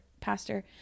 pastor